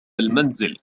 المنزل